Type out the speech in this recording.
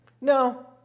No